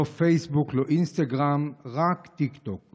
לא פייסבוק, לא אינסטגרם, רק טיקטוק.